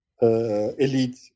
elite